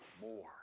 more